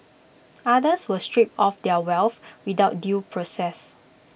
others were stripped of their wealth without due process